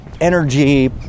energy